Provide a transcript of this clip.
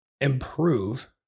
Improve